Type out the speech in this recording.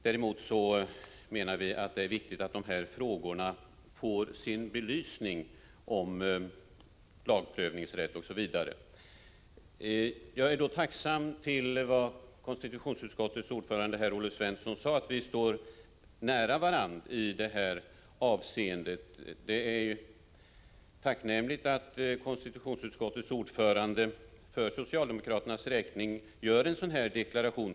Däremot menar vi att det är viktigt att dessa frågor om lagprövningsrätt osv. får sin belysning. Jag är därför tacksam för vad konstitutionsutskottets ordförande Olle Svensson sade, nämligen att vi står nära varandra i detta avseende. Det är tacknämligt att konstitutionsutskottets ordförande för socialdemokraternas räkning gör en sådan deklaration.